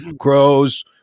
crows